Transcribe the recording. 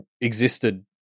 existed